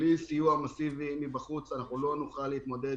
בלי סיוע מסיבי מבחוץ אנחנו לא נוכל להתמודד